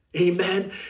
Amen